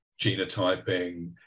genotyping